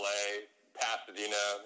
Pasadena